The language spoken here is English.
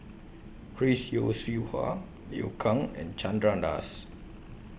Chris Yeo Siew Hua Liu Kang and Chandra Das